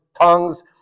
tongues